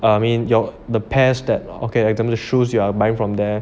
I mean you're the pair that okay example the shoes you are buying from them